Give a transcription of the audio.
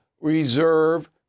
reserve